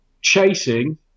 chasing